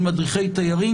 של מדריכי תיירים,